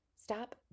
Stop